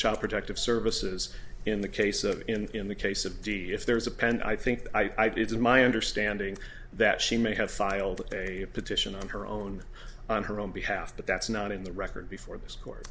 child protective services in the case of in the case of d d if there is a pen i think i'd it's my understanding that she may have filed a petition on her own on her own behalf but that's not in the record before this court